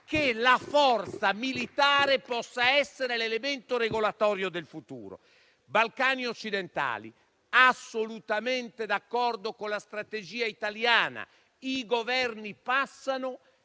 che la forza militare possa essere l'elemento regolatorio del futuro. Sui Balcani occidentali, sono assolutamente d'accordo con la strategia italiana. I Governi passano,